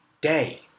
day